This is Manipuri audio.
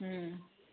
ꯎꯝ